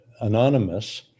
anonymous